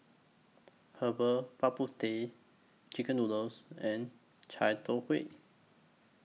Herbal Bak Ku Teh Chicken Noodles and Chai Tow Kway